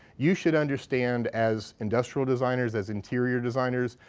you should understand as industrial designers, as interior designers,